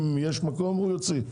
אם יש מקום, הוא יוציא.